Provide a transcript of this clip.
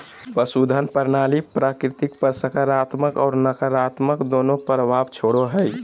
पशुधन प्रणाली प्रकृति पर सकारात्मक और नकारात्मक दोनों प्रभाव छोड़ो हइ